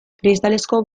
kristalezko